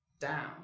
down